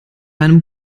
einem